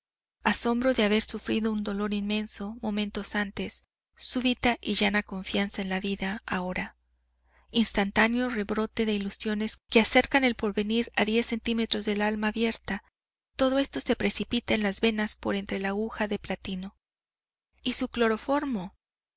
asombro de haber sufrido un dolor inmenso momentos antes súbita y llana confianza en la vida ahora instantáneo rebrote de ilusiones que acercan el porvenir a diez centímetros del alma abierta todo esto se precipita en las venas por entre la aguja de platino y su cloroformo